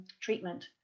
treatment